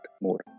more